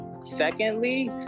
Secondly